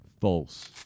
False